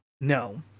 no